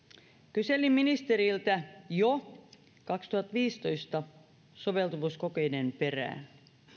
kyselin ministeriltä jo kaksituhattaviisitoista soveltuvuuskokeiden perään